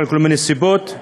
מכל מיני סיבות,